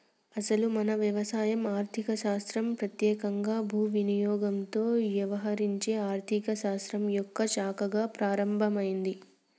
అసలు మన వ్యవసాయం ఆర్థిక శాస్త్రం పెత్యేకంగా భూ వినియోగంతో యవహరించే ఆర్థిక శాస్త్రం యొక్క శాఖగా ప్రారంభమైంది